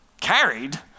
Carried